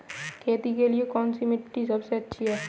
खेती के लिए कौन सी मिट्टी सबसे अच्छी है?